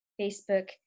Facebook